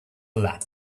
lap